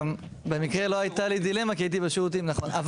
גם במקרה לא הייתה לי דילמה כי הייתי בשירותים נכון.